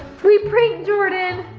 we pranked jordyn.